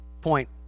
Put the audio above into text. point